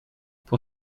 pour